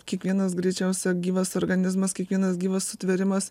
kiekvienas greičiausia gyvas organizmas kiekvienas gyvas sutvėrimas